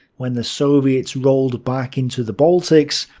when the soviets rolled back into the baltics,